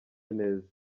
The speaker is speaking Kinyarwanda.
neza